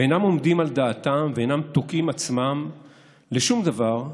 ואינם עומדים על דעתם ואינם תוקעים עצמם לשום דבר,